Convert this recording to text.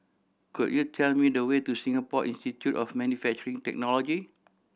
could you tell me the way to Singapore Institute of Manufacturing Technology